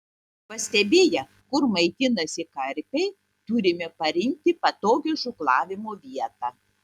pastebėję kur maitinasi karpiai turime parinkti patogią žūklavimo vietą